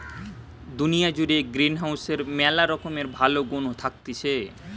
দুনিয়া জুড়ে গ্রিনহাউসের ম্যালা রকমের ভালো গুন্ থাকতিছে